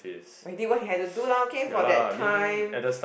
what he did what had to do lah okay for that time